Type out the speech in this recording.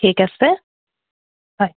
ঠিক আছে হয়